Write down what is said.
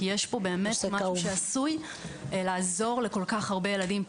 כי יש פה באמת משהו שעשוי לעזור לכל כך הרבה ילדים.